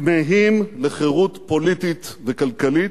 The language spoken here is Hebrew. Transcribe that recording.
כמהים לחירות פוליטית וכלכלית,